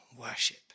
worship